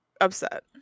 upset